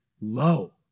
low